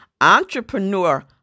entrepreneur